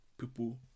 people